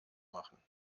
machen